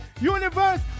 universe